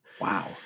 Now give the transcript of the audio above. Wow